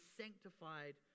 sanctified